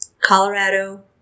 colorado